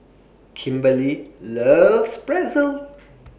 Kimberly loves Pretzel